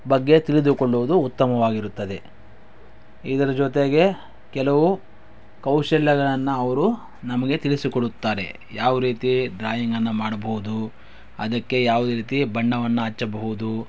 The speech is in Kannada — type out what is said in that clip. ಬಗ್ಗೆ ತಿಳಿದುಕೊಳ್ಳುವುದು ಉತ್ತಮವಾಗಿರುತ್ತದೆ ಇದರ ಜೊತೆಗೆ ಕೆಲವು ಕೌಶಲ್ಯಗಳನ್ನು ಅವರು ನಮಗೆ ತಿಳಿಸಿಕೊಡುತ್ತಾರೆ ಯಾವ ರೀತಿ ಡ್ರಾಯಿಂಗ್ ಅನ್ನು ಮಾಡಬಹುದು ಅದಕ್ಕೆ ಯಾವುದೇ ರೀತಿ ಬಣ್ಣವನ್ನು ಹಚ್ಚಬಹುದು